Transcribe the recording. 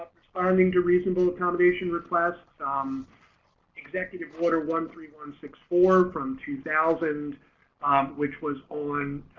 responding to reasonable accommodation request. um executive order one three one six four from two thousand which was on